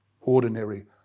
ordinary